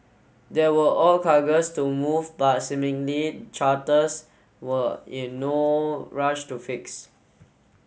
there were ore cargoes to move but seemingly charters were in no rush to fix